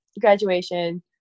graduation